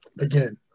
Again